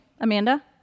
Amanda